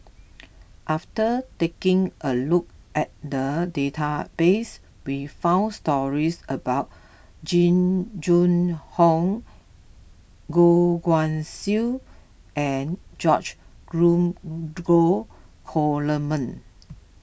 after taking a look at the database we found stories about Jing Jun Hong Goh Guan Siew and George Dromgold Coleman